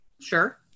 Sure